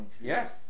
Yes